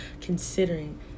considering